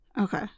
Okay